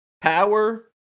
power